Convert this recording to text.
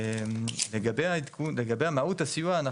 לגבי המהות הסיוע,